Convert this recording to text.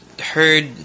heard